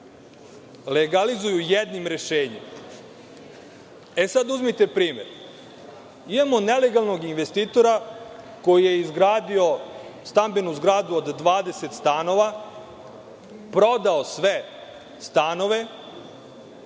legalizuju jednim rešenjem. Uzmite sad primer: imamo nelegalnog investitora koji je izgradio stambenu zgradu od 20 stanova, prodao sve stanove